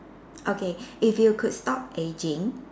okay if you could stop aging